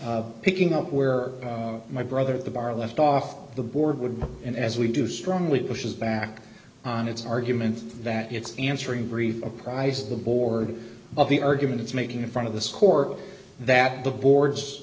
picking up where my brother the bar left off the board would be and as we do strongly pushes back on its argument that it's answering brief a price the board of the argument is making in front of the score that the boards